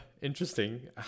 Interesting